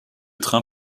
train